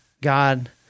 God